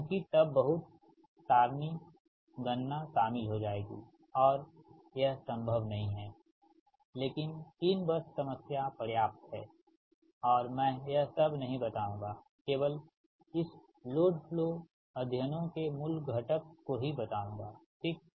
क्योंकि तब बहुत सारी गणना शामिल हो जाएगी और यह संभव नहीं है लेकिन 3 बस समस्या पर्याप्त है और मैं यह सब नहीं बताऊंगा केवल इस लोड फ्लो अध्ययनों के मूल घटक को ही बताऊंगा ठीक